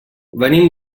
venim